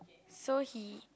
so he